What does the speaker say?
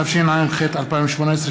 התשע"ח 2018,